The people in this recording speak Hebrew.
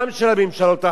גם של ממשלות אחרות,